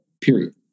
period